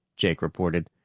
jake reported.